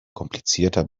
komplizierter